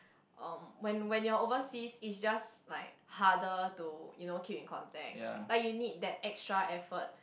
um when when you are overseas is just like harder to you know keep in contact like you need that extra effort